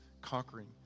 conquering